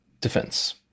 defense